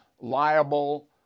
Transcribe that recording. liable